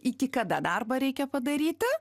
iki kada darbą reikia padaryti